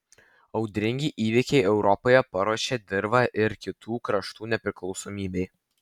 audringi įvykiai europoje paruošė dirvą ir kitų kraštų nepriklausomybei